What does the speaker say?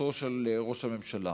משכורתו של ראש הממשלה.